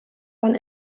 von